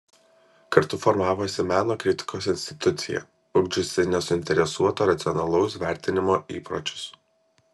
kartu formavosi meno kritikos institucija ugdžiusi nesuinteresuoto racionalaus vertinimo įpročius